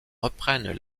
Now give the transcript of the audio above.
reprennent